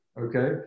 okay